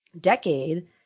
decade